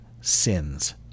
Sins